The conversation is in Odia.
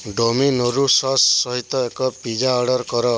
ଡୋମିନୋରୁସଶ୍ ସହିତ ଏକ ପିଜା ଅର୍ଡର କର